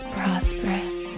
prosperous